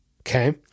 Okay